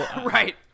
Right